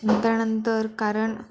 त्यानंतर कारण